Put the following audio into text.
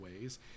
ways